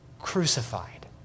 crucified